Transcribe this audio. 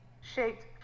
shaped